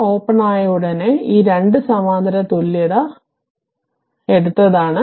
അത് ഓപ്പൺ ആയ ഉടനെ ഈ 2 സമാന്തര തുല്യത എടുത്തതാണ്